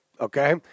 Okay